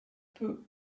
peut